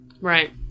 right